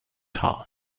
haar